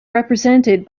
represented